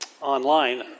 online